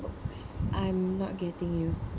I'm not getting you